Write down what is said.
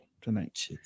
tonight